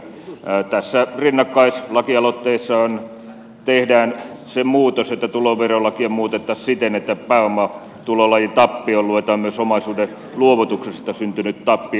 tässä rinnakkaislakialoitteessa tehdään se muutos että tuloverolakia muutettaisiin siten että pääomatulolajin tappioon luetaan myös omaisuuden luovutuksesta syntynyt tappio